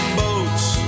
boats